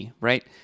right